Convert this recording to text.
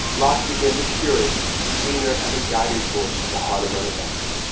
locke became the curator, the convener and the guiding force of the harlem renaissance.